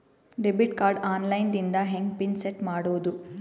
Debit card online ದಿಂದ ಹೆಂಗ್ pin set ಮಾಡೋದು?